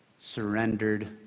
surrendered